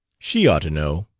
she ought to know!